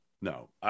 No